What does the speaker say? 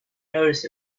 noticed